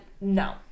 No